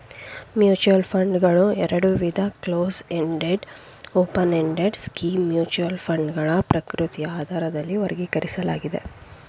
mutual ಫಂಡ್ಗಳು ಎರಡುವಿಧ close ended open ended scheme mutual ಫಂಡ್ಗಳ ಪ್ರಕೃತಿಯ ಆಧಾರದಲ್ಲಿ ವರ್ಗೀಕರಿಸಲಾಗಿದೆ